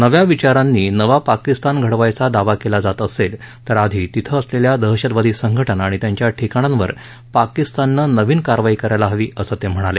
नव्या विचारांनी नवा पाकिस्तान घडवायचा दावा केला जात असेल तर आधी तिथं असलेल्या दहशतवादी संघटना आणि त्यांच्या ठिकाणांवर पाकिस्ताननं नवीन कारवाई करायला हवी असंही ते म्हणाले